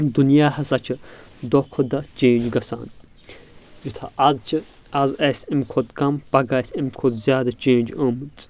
دُنیا ہسا چھ دۄہ کھۄتہٕ دۄہ چینج گژھان یُتھ اَز چھ اَز آسہِ اَمہِ کھۄتہٕ کم پگاہ آسہِ اَمہِ کھۄتہٕ زیٛادٕ چینج آمٕژ